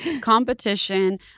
competition